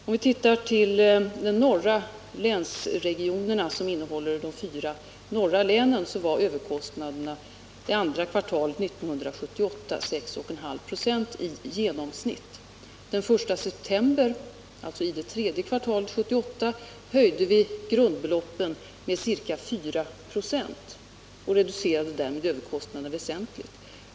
Om vi ser till de norra länsregionerna, som omfattar de fyra nordliga länen, finner vi att överkostnaderna det andra kvartalet 1978 var 6,5 96 i genomsnitt. Den 1 september — alltså i det tredje kvartalet 1978 — höjde vi grundbeloppen med ca 4 26 och reducerade därmed överkostnaden väsent ligt.